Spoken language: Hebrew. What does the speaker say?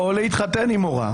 או להתחתן עם מורה.